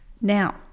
now